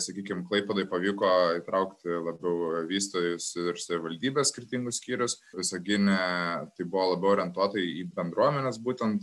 sakykim klaipėdai pavyko įtraukti labiau vystytojus ir savivaldybės skirtingus skyrius visagine tai buvo labiau orientuota į bendruomenes būtent